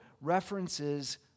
references